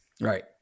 right